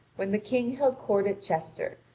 when the king held court at chester,